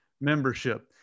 membership